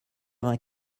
vingt